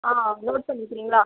ஆ note பண்ணிக்குறீங்களா